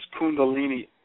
kundalini